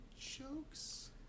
jokes